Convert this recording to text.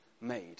made